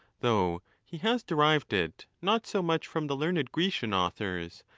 though he has derived it not so much from the learned grecian authors,